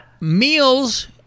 Meals